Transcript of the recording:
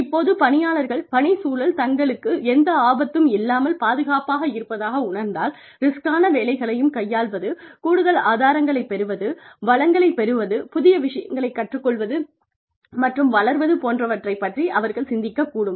இப்போது பணியாளர்கள் பணிச்சூழல் தங்களுக்கு எந்த ஆபத்தும் இல்லாமல் பாதுகாப்பாக இருப்பதாக உணர்ந்தால் ரிஸ்கான வேலைகளையும் கையாள்வது கூடுதல் ஆதாரங்களைப் பெறுவது வளங்களைப் பெறுவது புதிய விஷயங்களைக் கற்றுக்கொள்வது மற்றும் வளர்வது போன்றவற்றைப் பற்றி அவர்கள் சிந்திக்கக் கூடும்